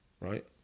right